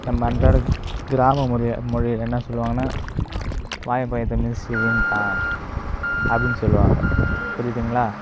நம்ம அன்றாட கிராம முறை முறையில் என்ன சொல்வாங்கன்னா வாழப்பழத்தை மிதிச்சிட்டு விழுந்துட்டான் அப்படின்னு சொல்வாங்க புரியுதுங்களா